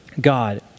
God